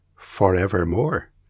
Forevermore